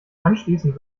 anschließend